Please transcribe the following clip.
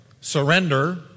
surrender